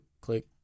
click